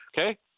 okay